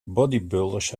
bodybuilders